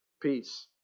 peace